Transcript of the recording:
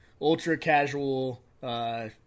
ultra-casual